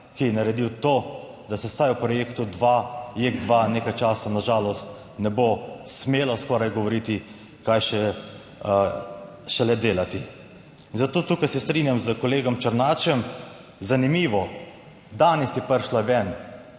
ki je naredil to, da se vsaj v projektu JEK2 nekaj časa na žalost ne bo smelo skoraj govoriti, kaj še šele delati. In zato tukaj se strinjam s kolegom Černačem, zanimivo, danes je prišla ven